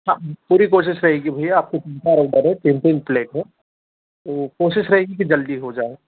हाँ पूरी कोशिश रहेगी भैया आपको तीन तीन प्लेट है तो कोशिश रहेगी कि जल्दी हो जाए